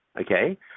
okay